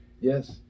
Yes